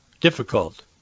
difficult